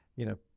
you know,